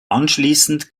anschließend